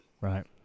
Right